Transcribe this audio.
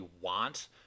want